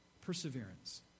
Perseverance